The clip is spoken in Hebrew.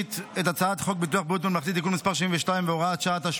והשלישית את הצעת חוק ביטוח בריאות ממלכתי (תיקון מס' 72 והוראת שעה),